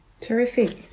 Terrific